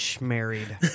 married